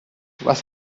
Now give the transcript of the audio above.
was